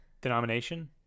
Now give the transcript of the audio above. Denomination